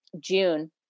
June